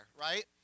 right